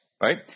Right